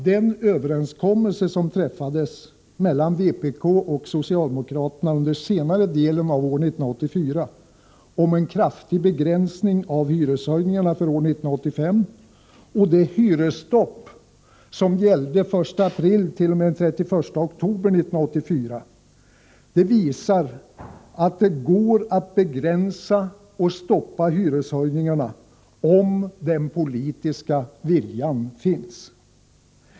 Den överenskommelse som träffades mellan vpk och socialdemokraterna under senare delen av år 1984 om en kraftig begränsning av hyreshöjningarna för år 1985 och det hyresstopp som gällde 1 april-31 oktober 1984 visar att det går att begränsa och stoppa hyreshöjningarna om den politiska viljan finns.